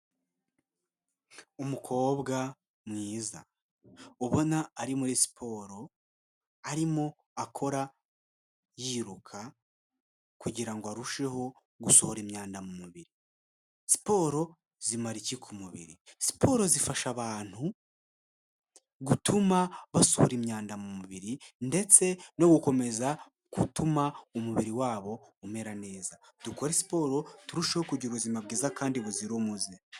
Umukobwa mwiza ubona ari muri siporo, arimo akora yiruka kugirango arusheho gusohora imyanda mu mubiri. Siporo zimara iki ku mubiri? Siporo zifasha abantu gutuma basohora imyanda mu mubiri ndetse no gukomeza gutuma umubiri wa bo umera neza, dukore siporo turushaho kugira ubuzima bwiza kandi buzira umuze.